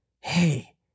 Hey